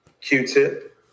Q-Tip